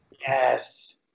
Yes